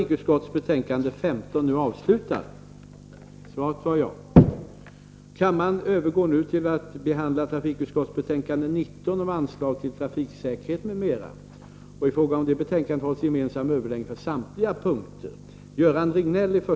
Kammaren övergår nu till att debattera trafikutskottets betänkande 19 om anslag till Trafiksäkerhet m.m. I fråga om detta betänkande hålls gemensam överläggning för samtliga punkter.